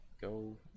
go